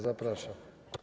Zapraszam.